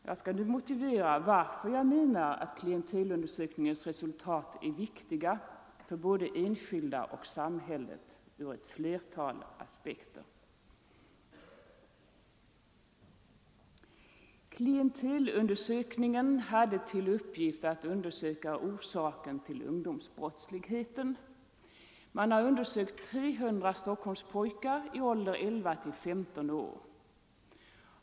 Jag skall nu motivera varför jag menar att klientelundersökningens resultat är viktiga för både enskilda och samhället. Klientelundersökningen hade till uppgift att undersöka orsaken till ungdomsbrottsligheten. Man har undersökt 300 Stockholmspojkar i åldern 11-15 år.